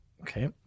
Okay